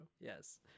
yes